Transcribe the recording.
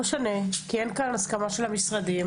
אין כאן הסכמה של המשרדים.